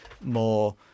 more